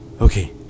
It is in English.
Okay